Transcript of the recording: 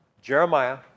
Jeremiah